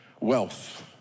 wealth